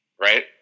Right